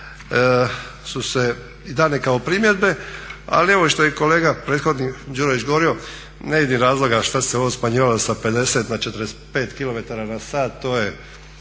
su i dane kao primjedbe. Ali evo i što je kolega prethodni Đurović govorio ne vidim razloga što se ovo smanjivalo sa 50 na 45 km na sat, to ne